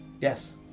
yes